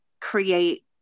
create